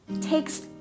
takes